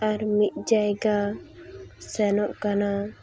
ᱟᱨ ᱢᱤᱫ ᱡᱟᱭᱜᱟ ᱥᱮᱱᱚᱜ ᱠᱟᱱᱟ